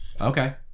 Okay